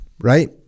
right